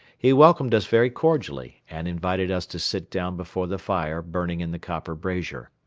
he welcomed us very cordially and invited us to sit down before the fire burning in the copper brazier.